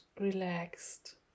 relaxed